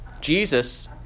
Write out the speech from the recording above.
Jesus